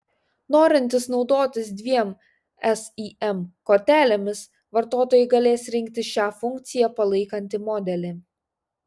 norintys naudotis dviem sim kortelėmis vartotojai galės rinktis šią funkciją palaikantį modelį